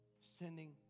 sending